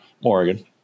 Morgan